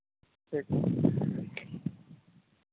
ठीक